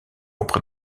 auprès